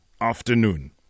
afternoon